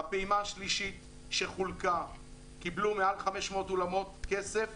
בפעימה השלישית שחולקה קיבלו מעל 500 אולמות כסף